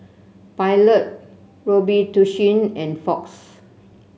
Pilot Robitussin and Fox